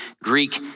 Greek